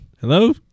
Hello